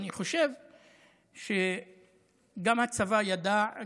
אני חושב שגם הצבא ידע,